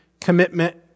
commitment